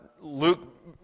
Luke